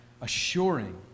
assuring